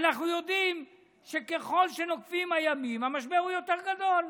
ואנחנו יודעים שככל שנוקפים הימים המשבר הוא יותר גדול.